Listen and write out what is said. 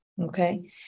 Okay